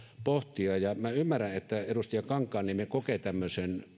pohtia ja minä ymmärrän että edustaja kankaanniemi kokee tämmöisen